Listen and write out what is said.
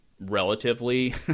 relatively